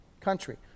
country